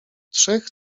trzech